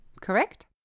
Correct